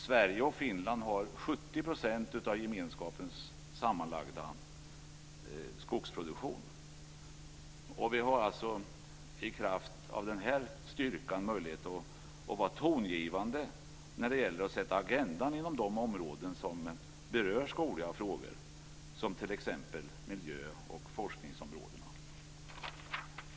Sverige och Finland har 70 % av gemenskapens sammanlagda skogsproduktion. Vi har alltså i kraft av den här styrkan möjlighet att vara tongivande när det gäller att sätta agendan inom de områden som berör skogliga frågor, t.ex. Herr talman!